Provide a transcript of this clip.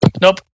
Nope